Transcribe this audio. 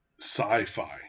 sci-fi